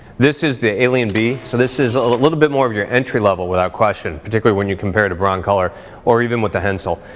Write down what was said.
this is the alienbee, so this is a little bit more of your entry level without question, particularly when you compare to broncolor or even with the hensel.